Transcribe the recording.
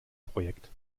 projekt